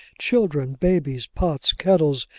children, babies, pots, kettles,